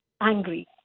angry